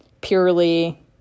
purely